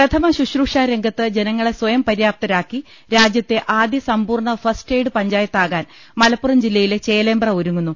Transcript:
പ്രഥമ ശുശ്രൂഷാരംഗത്ത് ജനങ്ങളെ സ്വയംപര്യാപ്തരാക്കി രാജ്യത്തെ ആദ്യ സമ്പൂർണ്ണ ഫസ്റ്റ് എയ്ഡ് പഞ്ചായത്താകാൻ മല പ്പുറം ജില്ലയിലെ ചേലേമ്പ്ര ഒരുങ്ങുന്നു